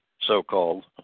so-called